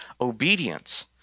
obedience